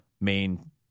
main